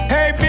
Hey